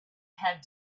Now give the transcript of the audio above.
had